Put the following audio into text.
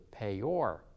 payor